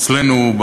אצלנו,